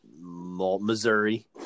Missouri